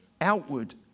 outward